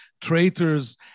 traitors